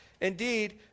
Indeed